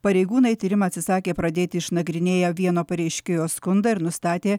pareigūnai tyrimą atsisakė pradėti išnagrinėję vieno pareiškėjo skundą ir nustatė